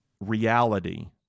reality